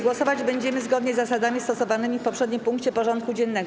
Głosować będziemy zgodnie z zasadami stosowanymi w poprzednim punkcie porządku dziennego.